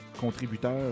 contributeur